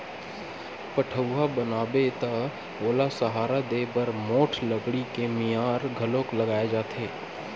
पठउहाँ बनाबे त ओला सहारा देय बर मोठ लकड़ी के मियार घलोक लगाए जाथे